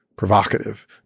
provocative